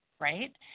right